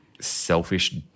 selfish